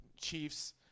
Chiefs